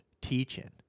teaching